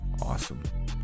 awesome